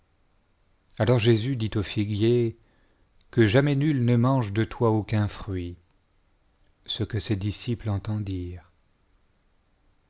alors jésus dit au figuier que jamais nul ne mange de toi aucun fruit ce que ses disciples entendirent